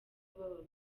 baba